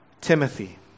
timothy